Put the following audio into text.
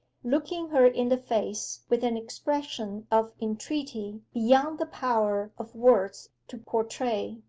looking her in the face with an expression of entreaty beyond the power of words to portray,